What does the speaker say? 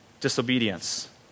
disobedience